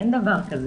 אין דבר כזה.